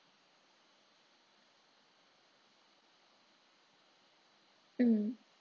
mm